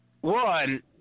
one